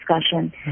discussion